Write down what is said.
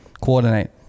Coordinate